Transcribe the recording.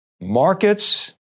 Markets